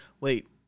Wait